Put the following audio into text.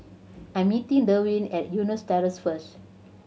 I'm meeting Derwin at Eunos Terrace first